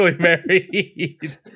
married